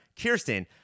Kirsten